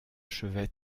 chevet